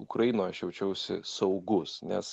ukrainoj aš jaučiausi saugus nes